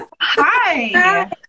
Hi